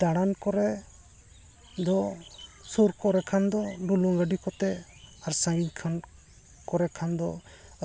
ᱫᱟᱬᱟᱱ ᱠᱚᱨᱮ ᱫᱚ ᱥᱩᱨ ᱠᱚᱨᱮ ᱠᱷᱟᱱ ᱫᱚ ᱰᱩᱞᱩᱝ ᱜᱟᱹᱰᱤ ᱠᱚᱛᱮ ᱟᱨ ᱥᱟᱺᱜᱤᱧ ᱠᱚᱨᱮ ᱠᱷᱟᱱ ᱫᱚ